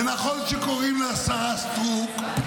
ונכון שקוראים לה השרה סטרוק,